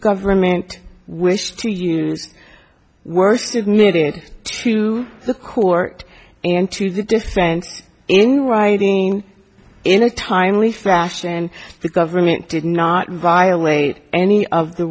government wish to use worst admitted to the court and to the defense in writing in a timely fashion the government did not violate any of the